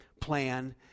plan